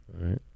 right